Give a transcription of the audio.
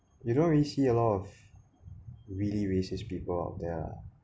you don't really see a lot of really racist people out there